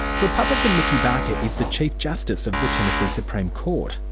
republican mickey barker is the chief justice of the tennessee supreme court.